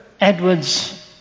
Edwards